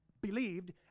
believed